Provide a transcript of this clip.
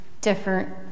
different